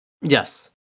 Yes